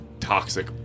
toxic